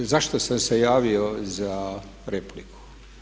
Zašto sam se javo za repliku?